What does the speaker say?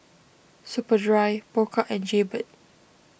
Superdry Pokka and Jaybird